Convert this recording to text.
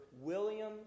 William